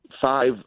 five